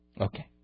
Okay